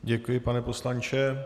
Děkuji, pane poslanče.